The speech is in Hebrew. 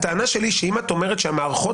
הטענה שלי היא שאם את אומרת שהמערכות